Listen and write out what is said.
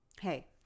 Hey